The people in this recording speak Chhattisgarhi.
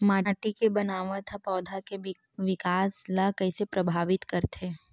माटी के बनावट हा पौधा के विकास ला कइसे प्रभावित करथे?